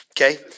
okay